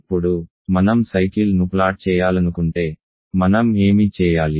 ఇప్పుడు మనం సైకిల్ను ప్లాట్ చేయాలనుకుంటే మనం ఏమి చేయాలి